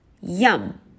Yum